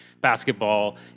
basketball